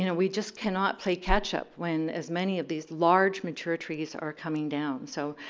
you know we just cannot play catch up when as many of these large mature trees are coming down. so